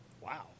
wow